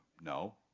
No